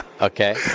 Okay